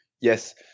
Yes